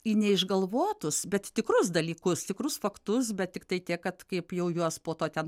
į neišgalvotus bet tikrus dalykus tikrus faktus bet tiktai tiek kad kaip jau juos po to ten